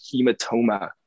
hematoma